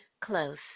close